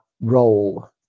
role